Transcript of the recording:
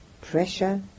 pressure